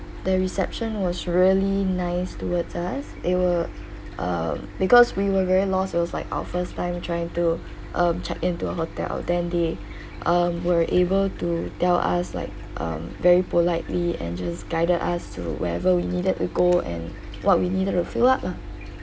the reception was really nice towards us they were um because we were very lost it was like our first time trying to um check in to a hotel then they um were able to tell us like um very politely and just guided us to wherever we needed to go and what we needed to fill up lah